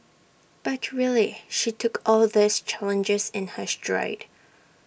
but really she took all these challenges in her stride